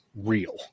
real